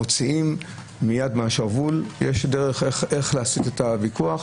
נמצאת דרך להסית את הוויכוח